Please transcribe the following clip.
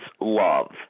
love